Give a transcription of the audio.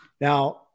Now